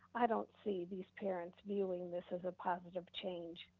i don't see these parents viewing this as a positive change.